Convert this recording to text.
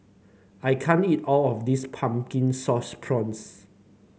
I can't eat all of this Pumpkin Sauce Prawns